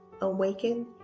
awaken